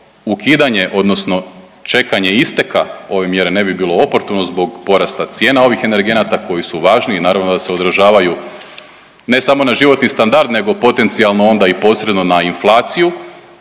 ukidanje, odnosno čekanje isteka ove mjere ne bi bilo oportuno zbog porasta cijena ovih energenata koji su važni i naravno da se odražavaju ne samo na životni standard, nego potencijalno onda i posredno na inflaciju,